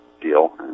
deal